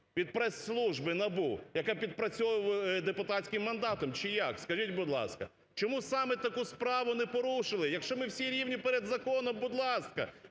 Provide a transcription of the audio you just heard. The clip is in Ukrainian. від прес-служби НАБУ, яке відпрацьовує депутатським мандатом чи як? Скажіть будь ласка. Чому саме таку справу не порушили? Якщо ми всі рівні перед законом, будь ласка,